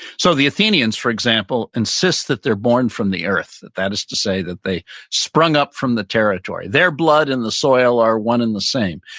so the athenians for example, insists that they're born from the arith, that that is to say that they sprung up from the territory, their blood and the soil are one and the same.